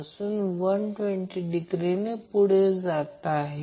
तर असेच होईल a b c गेले असे म्हणतो